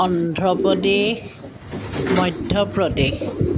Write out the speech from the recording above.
Andhra Pradesh Madhya Pradesh